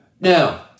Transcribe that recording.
Now